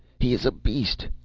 he is a beast.